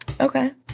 Okay